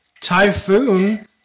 Typhoon